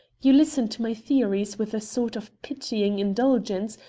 you listen to my theories with a sort of pitying indulgence,